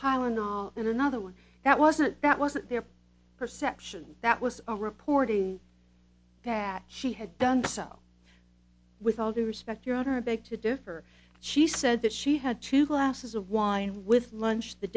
tylenol and another one that wasn't that wasn't their perception that was reporting that she had done so with all due respect your honor i beg to differ she said that she had two glasses of wine with lunch the